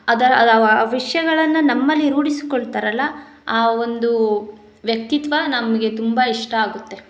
ಅದರ ಆ ವಿಷಯಗಳನ್ನ ನಮ್ಮಲ್ಲಿ ರೂಢಿಸಿಕೊಳ್ತಾರಲ್ಲ ಆ ಒಂದು ವ್ಯಕ್ತಿತ್ವ ನಮಗೆ ತುಂಬ ಇಷ್ಟ ಆಗುತ್ತೆ